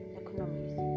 economies